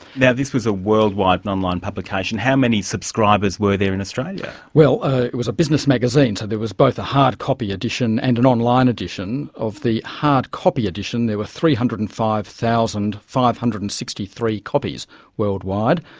now this was a worldwide and online publication how many subscribers were there in australia? well it was a business magazine, so there was both a hard copy edition and an online edition. of the hard copy edition, there were three hundred and five thousand five hundred and sixty three copies worldwide,